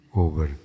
over